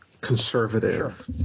conservative